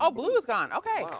ah blue is gone, okay? yeah